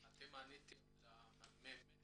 אתם עניתם למ.מ.מ.